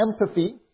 empathy